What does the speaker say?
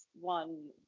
one